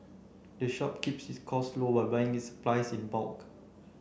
the shop keeps its costs low by buying its supplies in bulk